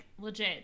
legit